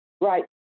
Right